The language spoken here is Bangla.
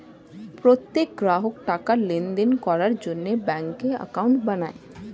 প্রত্যেক গ্রাহক টাকার লেনদেন করার জন্য ব্যাঙ্কে অ্যাকাউন্ট বানায়